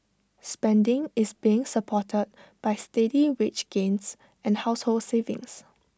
spending is being supported by steady wage gains and household savings